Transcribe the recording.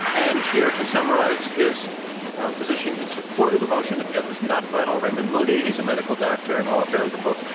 and here to summarize his position in support of the motion that death is not final, raymond moody, he's a medical doctor and author of the book,